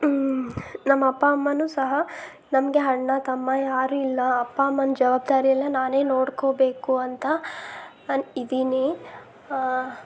ನಮ್ಮ ಅಪ್ಪ ಅಮ್ಮನೂ ಸಹ ನಮಗೆ ಅಣ್ಣ ತಮ್ಮ ಯಾರೂ ಇಲ್ಲ ಅಪ್ಪ ಅಮ್ಮನ ಜವಾಬ್ದಾರಿ ಎಲ್ಲ ನಾನೇ ನೋಡ್ಕೋಬೇಕು ಅಂತ ನಾನು ಇದ್ದೀನಿ